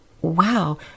wow